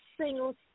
single